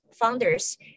founders